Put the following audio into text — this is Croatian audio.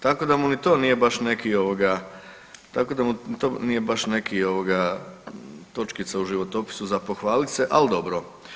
Tako da mu ni to nije baš neki ovoga, tako da mu to nije baš neki točkica u životopisu za pohvalit se, ali dobro.